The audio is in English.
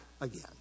again